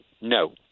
No